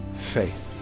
faith